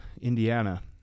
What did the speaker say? Indiana